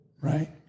right